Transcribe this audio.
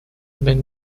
been